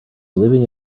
living